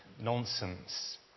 nonsense